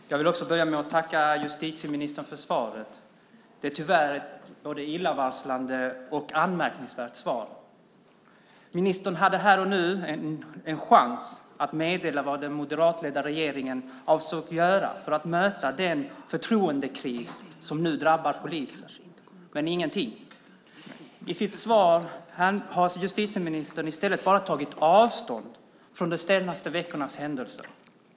Herr talman! Jag vill också börja med att tacka justitieministern för svaret. Det är tyvärr ett både illavarslande och anmärkningsvärt svar. Ministern hade här och nu en chans att meddela vad den moderatledda regeringen avsåg att göra för att möta den förtroendekris som nu drabbar polisen, men hon sade ingenting om det. I sitt svar har justitieministern i stället bara tagit avstånd från de senaste veckornas händelser.